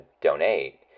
donate